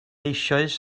eisoes